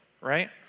right